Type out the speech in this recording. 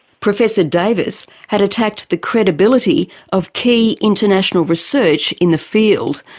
professor davis had attacked the credibility of key international research in the field.